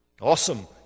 Awesome